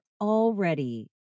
already